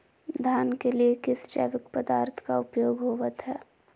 धान के लिए किस जैविक पदार्थ का उपयोग होवत है?